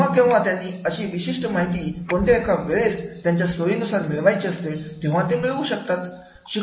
जेव्हा केव्हा त्यांना अशी विशिष्ट माहिती कोणत्याही एका वेळेस त्यांच्या सोयीनुसार मिळवायची असते तेव्हा ते मिळवू शकतात